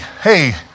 hey